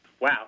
Wow